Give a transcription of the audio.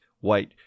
White